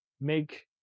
make